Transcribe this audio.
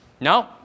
No